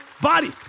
body